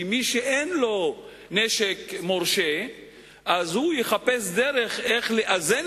כי מי שאין לו נשק מורשה יחפש דרך לאזן